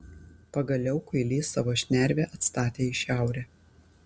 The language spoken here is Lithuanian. pagaliau kuilys savo šnervę atstatė į šiaurę